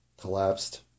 Collapsed